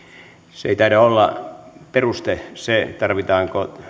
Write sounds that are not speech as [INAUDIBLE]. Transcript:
ei taida olla peruste se että tarvitaanko [UNINTELLIGIBLE]